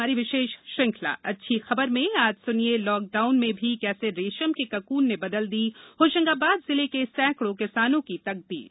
हमारी विशेष श्रृंखला अच्छी खबर में आज सुनिये लॉकडाउन में भी कैसे रेशम के ककून ने बदल दी होशंगाबाद जिले के सैकड़ों किसानों की तकदीर